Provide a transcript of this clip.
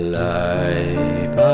life